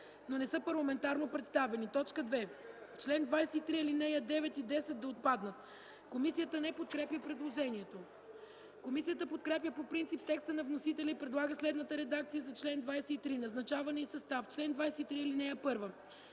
но не са парламентарно представени.” 2. В чл. 23 ал. 9 и ал. 10 – да отпаднат. Комисията не подкрепя предложението. Комисията подкрепя по принцип текста на вносителите и предлага следната редакция за чл. 23: „Назначаване и състав Чл. 23.